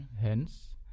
Hence